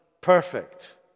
perfect